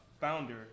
founder